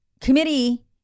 committee